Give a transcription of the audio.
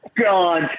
God